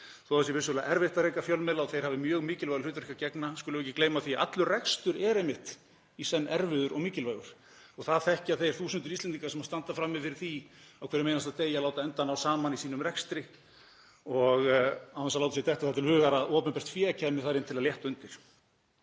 það sé vissulega erfitt að reka fjölmiðla og þeir hafi mjög mikilvægu hlutverki að gegna skulum við ekki gleyma því að allur rekstur er einmitt í senn erfiður og mikilvægur. Það þekkja þær þúsundir Íslendinga sem standa frammi fyrir því á hverjum einasta degi að láta enda ná saman í sínum rekstri án þess að láta sér detta það til hugar að opinbert fé kæmi þar inn til að létta undir.